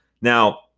Now